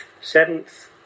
seventh